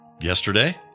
Yesterday